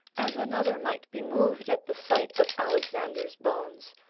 as another might be moved at the sight of alexander's bones,